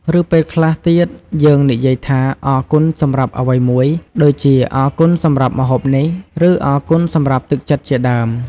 ឬ ពេលខ្លះទៀតយើងនិយាយថា អរគុណសម្រាប់អ្វីមួយ ដូចជាអរគុណសម្រាប់ម្ហូបនេះ ឬ អរគុណសម្រាប់ទឹកចិត្តជាដើម។